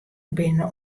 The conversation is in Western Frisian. binne